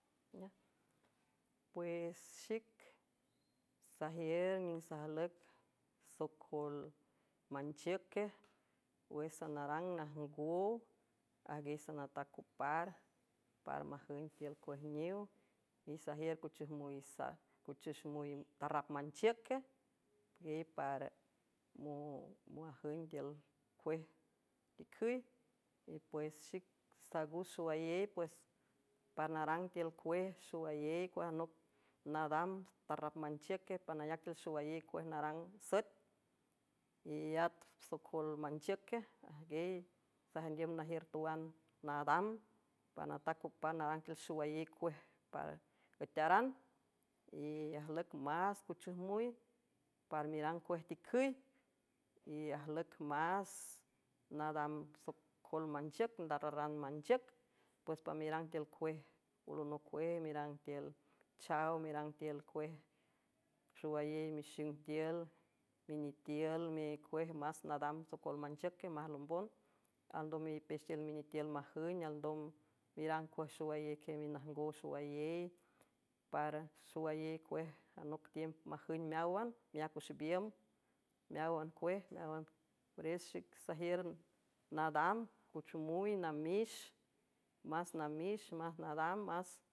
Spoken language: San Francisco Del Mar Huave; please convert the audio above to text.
Pues xic sajiür niüng sajlüc socol manchiüque wüx sanarang najngow ajnguiey sanatac copar para majüng tiül cuej niw y sajiür cuchüjmüy cuchüxmy tarrap manchiüque iey par majüng tiül cuej ticüy y pues xic saaguw xowayey pues pa narang tiül cuej xowayey cueajanoc nadam tarrapmanchiüque panayac tiül xowayey cuej narang süet i at socol manchiüque ajgiey sajündiüm najiür tawan nadam panatac copar narang tiül xowayéy cuej par üetearan y ajlüc más cuchüjmuy para merang cuej ticüy y ajlüc más nadam socol manchiüc ndarraran manchiüc pues pa merang tiül cuej alonocuej merang tiül chaw merang tiül cuej xowayey mixing tiül minitiül mi cuej más nadam socol manchiüque maj lombon alndom meipex tiül minitiül majün alndom merang cuejxowai queminajngow xowayey para xowayey cuejnoc tiümp majüng meáwan miác üx biüm meáwan cuej eáwaneres xic sajiür nadam cuchamuy namix más namix más nadam más.